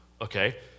Okay